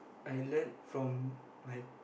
I learn from my